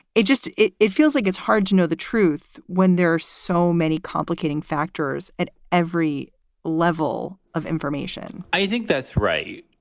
it just it it feels like it's hard to know the truth when there are so many complicating factors at every level of information i think that's right.